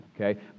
Okay